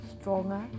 stronger